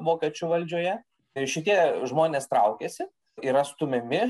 vokiečių valdžioje i šitie žmonės traukiasi yra stumiami